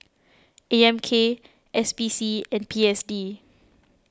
A M K S P C and P S D